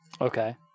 Okay